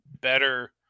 better